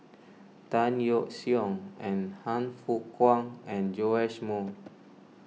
Tan Yeok Seong and Han Fook Kwang and Joash Moo